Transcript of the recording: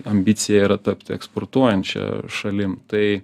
ambicija yra tapti eksportuojančia šalim tai